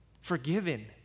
forgiven